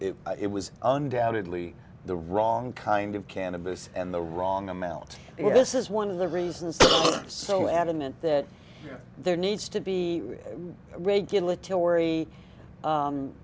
s it was undoubtedly the wrong kind of cannabis and the wrong amount this is one of the reasons so adamant that there needs to be regulatory